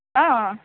অঁ